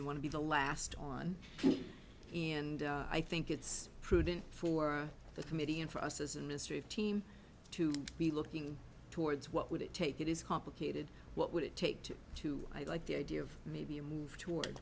you want to be the last on and i think it's prudent for the committee and for us as industry team to be looking towards what would it take it is complicated what would it take to i like the idea of maybe a move toward